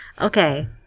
Okay